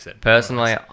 Personally